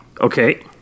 Okay